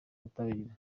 ubutabera